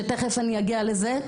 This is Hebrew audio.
אני אגיע לזה,